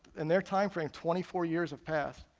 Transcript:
in their timeframe twenty four years have passed,